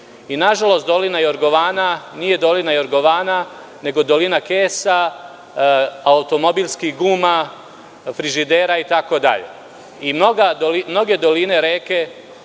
pričali. Nažalost, dolina jorgovana nije dolina jorgovana nego dolina kesa, automobilskih guma, frižidera itd. Mnoge doline, reke